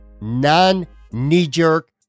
non-knee-jerk